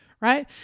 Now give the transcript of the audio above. right